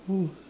oh